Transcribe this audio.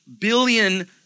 billion